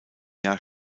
jahr